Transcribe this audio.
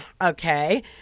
okay